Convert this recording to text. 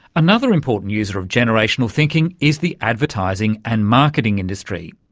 another important user of generational thinking is the advertising and marketing industry.